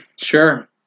Sure